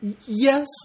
Yes